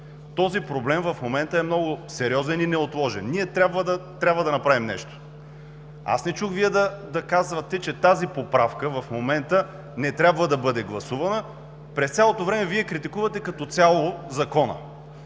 Този проблем в момента е много сериозен и неотложен. Ние трябва да направим нещо. Не чух Вие да казвате, че предложената поправка в момента не трябва да бъде гласувана – през цялото време критикувате Закона